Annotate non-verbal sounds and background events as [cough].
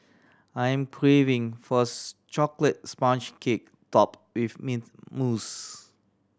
I am craving for [unintelligible] chocolate sponge cake top with mint mousse